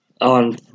on